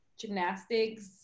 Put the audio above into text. gymnastics